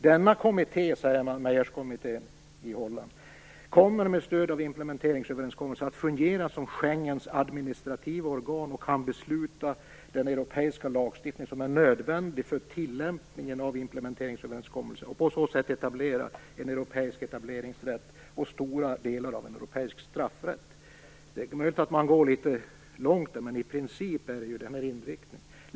Denna Meijerskommitté i Holland kommer med stöd av implementeringsöverenskommelsen att fungera som Schengens administrativa organ och kan besluta om den europeiska lagstiftning som är nödvändig för tillämpning av implementeringsöverenskommelsen och på så sätt inrätta en europeisk etableringsrätt och införa stora delar av en europeisk straffrätt. Det är möjligt att man där går litet väl långt, men i princip gäller den här inriktningen.